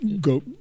Go